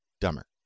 dumber